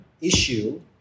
issue